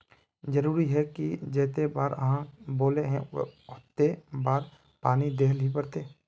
जरूरी है की जयते बार आहाँ बोले है होते बार पानी देल ही पड़ते?